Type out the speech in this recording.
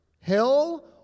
Hell